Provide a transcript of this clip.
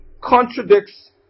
contradicts